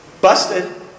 busted